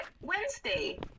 Wednesday